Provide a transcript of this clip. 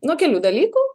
nuo kelių dalykų